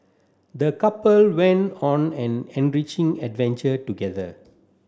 the couple went on an enriching adventure together